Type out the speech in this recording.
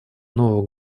нового